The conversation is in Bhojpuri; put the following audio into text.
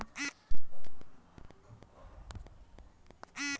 जैविक विधि से उपजल फल अउरी सब्जी महंगा दाम पे बेचल जाला